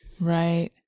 right